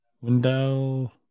Window